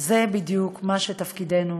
זה בדיוק תפקידנו,